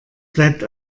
bleibt